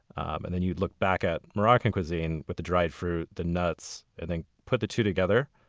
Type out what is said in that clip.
and then you'd look back at moroccan cuisine with the dried fruit, the nuts, and then put the two together.